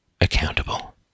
accountable